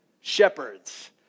shepherds